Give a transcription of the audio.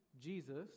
Jesus